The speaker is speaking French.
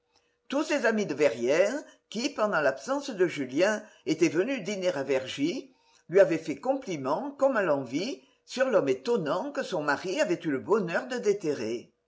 tous ses amis de verrières qui pendant l'absence de julien étaient venus dîner à vergy lui avaient fait compliment comme à l'envi sur l'homme étonnant que son mari avait eu le bonheur de déterrer